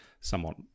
somewhat